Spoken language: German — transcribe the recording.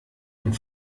und